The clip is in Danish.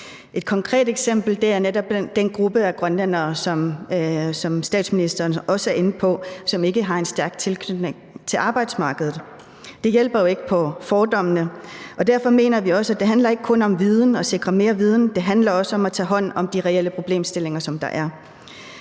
Et konkret eksempel er netop den gruppe af grønlændere, som statsministeren også er inde på, og som ikke har en stærk tilknytning til arbejdsmarkedet. Det hjælper jo ikke på fordommene. Derfor mener vi også, at det ikke kun handler om viden og at sikre mere viden, men det handler også om at tage hånd om de reelle problemstillinger, der er.